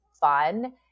fun